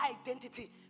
identity